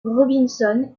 robinson